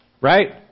Right